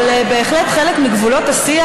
אבל בהחלט חלק מגבולות השיח.